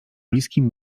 bliskim